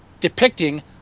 depicting